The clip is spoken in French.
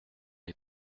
est